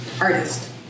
artist